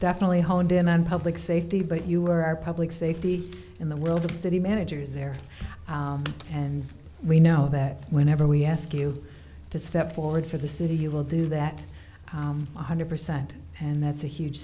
definitely honed in on public safety but you are our public safety in the world the city manager is there and we know that whenever we ask you to step forward for the city you will do that one hundred percent and that's a huge